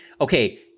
okay